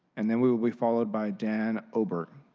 and then we will be followed by dan obert.